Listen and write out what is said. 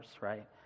right